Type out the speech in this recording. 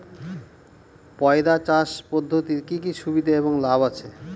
পয়রা চাষ পদ্ধতির কি কি সুবিধা এবং লাভ আছে?